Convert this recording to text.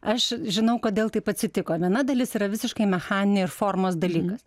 aš žinau kodėl taip atsitiko viena dalis yra visiškai mechaninė ir formos dalykas